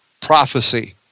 prophecy